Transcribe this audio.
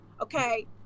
Okay